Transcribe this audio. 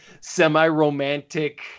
semi-romantic